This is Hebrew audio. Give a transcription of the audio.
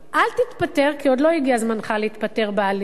אל תתפטר כי עוד לא הגיע זמנך להתפטר בהליך,